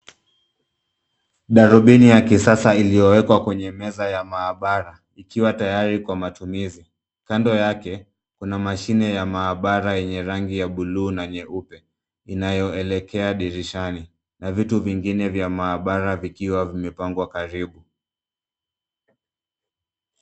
Darubini ya kisasa iliyowekwa kwenye meza ya maabara ikiwa tayari kwa matumizi, kando yake kuna mashine ya maabara yenye rangi ya bluu na nyeupe inayoelekea dirishani na vitu vingine vya maabara vikiwa vimepangwa karibu.